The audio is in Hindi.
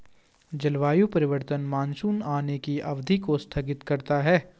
जलवायु परिवर्तन मानसून आने की अवधि को स्थगित करता है